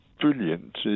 brilliant